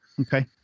Okay